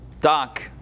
Doc